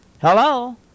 Hello